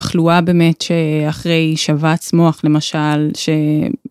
תחלואה באמת שאחרי שבץ מוח למשל